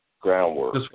groundwork